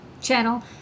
channel